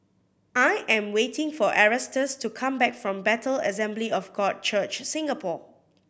I am waiting for Erastus to come back from Bethel Assembly of God Church Singapore